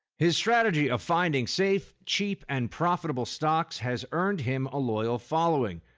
his strategy of finding safe, cheap, and profitable stocks has earned him a loyal following,